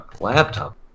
laptop